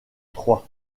troie